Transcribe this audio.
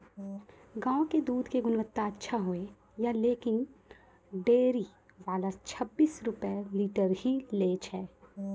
गांव के दूध के गुणवत्ता अच्छा होय या लेकिन डेयरी वाला छब्बीस रुपिया लीटर ही लेय छै?